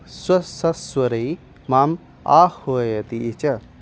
स्वसस्वरैः माम् आह्वयति च